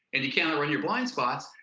and you can't outrun your blind spots,